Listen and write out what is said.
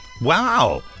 Wow